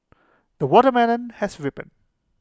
the watermelon has ripened